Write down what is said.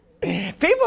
People